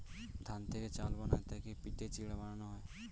ধান থেকে চাল বানায় তাকে পিটে চিড়া বানানো হয়